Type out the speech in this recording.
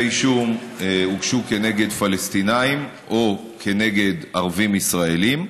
הוגשו כנגד פלסטינים או כנגד ערבים ישראלים.